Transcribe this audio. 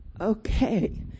Okay